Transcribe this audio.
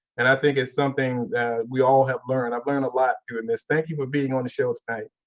and i think it's something we all have learned. i've learned a lot through and this. thank you for being on the show tonight.